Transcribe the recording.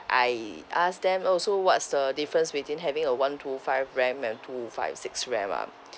I ask them oh so what's the difference between having a one two five RAM and two five six RAM ah